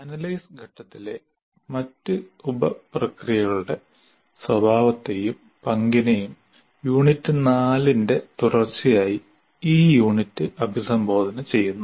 analyse ഘട്ടത്തിലെ മറ്റ് ഉപ പ്രക്രിയകളുടെ സ്വഭാവത്തെയും പങ്കിനെയും യൂണിറ്റ് 4 ന്റെ തുടർച്ചയായി ഈ യൂണിറ്റ് അഭിസംബോധന ചെയ്യുന്നു